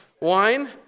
wine